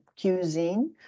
cuisine